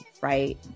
right